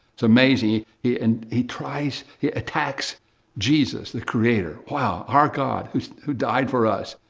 it's amazing. he and he tries, he attacks jesus, the creator. wow! our god, who who died for us.